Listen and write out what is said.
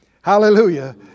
Hallelujah